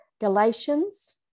Galatians